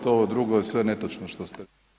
Ovo drugo je sve netočno što ste.